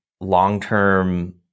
long-term